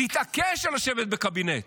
להתעקש על לשבת בקבינט,